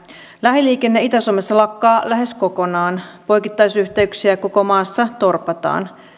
lähiliikenne itä suomessa lakkaa lähes kokonaan poikittaisyhteyksiä koko maassa torpataan